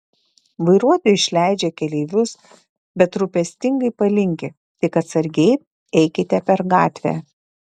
vairuotoja išleidžia keleivius bet rūpestingai palinki tik atsargiai eikite per gatvę